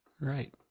right